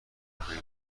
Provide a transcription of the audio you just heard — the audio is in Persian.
خانم